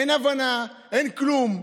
אין הבנה, אין כלום.